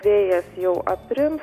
vėjas jau aprims